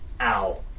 ow